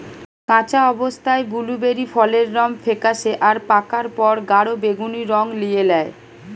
কাঁচা অবস্থায় বুলুবেরি ফলের রং ফেকাশে আর পাকার পর গাঢ় বেগুনী রং লিয়ে ল্যায়